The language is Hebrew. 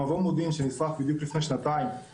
מבוא מודיעים שנשרף בדיוק לפני שנתיים,